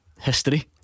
history